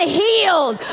healed